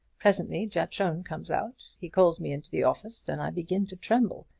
presently giatron comes out. he calls me into the office. then i begin to tremble.